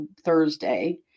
Thursday